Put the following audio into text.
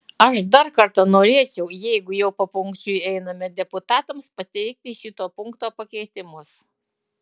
aš dar kartą norėčiau jeigu jau papunkčiui einame deputatams pateikti šito punkto pakeitimus